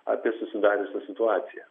apie susidariusią situaciją